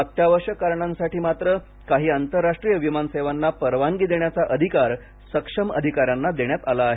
अत्यावश्यक कारणांसाठी मात्र काही आंतरराष्ट्रीय विमान सेवांना परवानगी देण्याचा अधिकार सक्षम अधिकाऱ्यांना देण्यात आला आहे